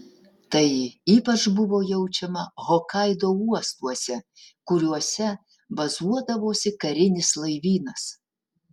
tai ypač buvo jaučiama hokaido uostuose kuriuose bazuodavosi karinis laivynas